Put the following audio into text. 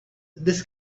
this